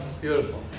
Beautiful